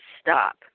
stop